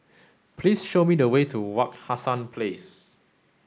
please show me the way to Wak Hassan Place